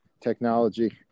technology